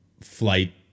flight